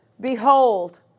Behold